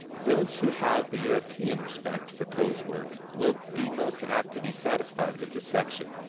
those who have the european respect for poe's work will be most apt to be satisfied with this section,